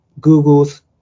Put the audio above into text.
Google's